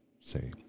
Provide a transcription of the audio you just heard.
say